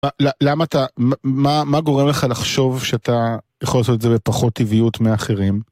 למה אתה, מה גורם לך לחשוב שאתה יכול לעשות את זה בפחות טבעיות מאחרים?